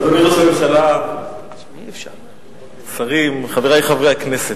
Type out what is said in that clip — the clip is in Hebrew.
אדוני ראש הממשלה, שרים, חברי חברי הכנסת,